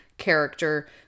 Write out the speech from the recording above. character